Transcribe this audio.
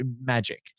magic